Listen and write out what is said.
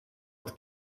het